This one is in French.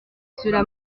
cela